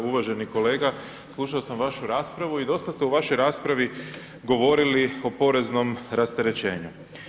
Uvaženi kolega, slušao sam vašu raspravu i dosta ste u vašoj raspravi govorili o poreznom rasterećenju.